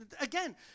again